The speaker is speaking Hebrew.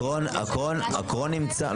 הכול נמצא.